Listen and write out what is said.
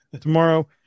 tomorrow